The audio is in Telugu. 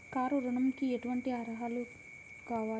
కారు ఋణంకి ఎటువంటి అర్హతలు కావాలి?